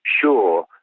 sure